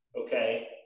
okay